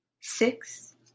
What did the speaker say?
six